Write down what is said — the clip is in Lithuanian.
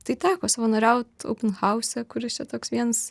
tai teko savanoriaut openhause kuris čia toks viens